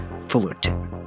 Fullerton